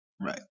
Right